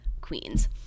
queens